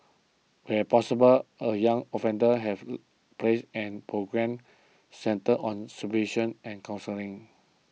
where possible a young offenders have placed an programmes centred on supervision and counselling